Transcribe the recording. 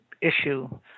issue